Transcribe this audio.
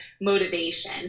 motivation